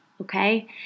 okay